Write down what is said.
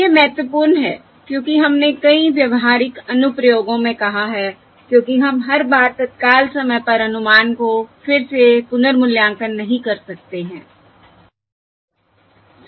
यह महत्वपूर्ण है क्योंकि हमने कई व्यावहारिक अनुप्रयोगों में कहा है क्योंकि हम हर बार तत्काल समय पर अनुमान को फिर से पुनर्मूल्यांकन नहीं कर सकते हैं सही